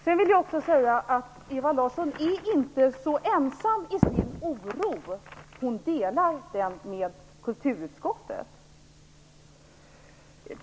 Jag vill också säga att Ewa Larsson inte är så ensam i sin oro. Hon delar den med kulturutskottet.